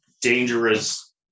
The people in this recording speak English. Dangerous